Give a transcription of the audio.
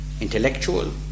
intellectual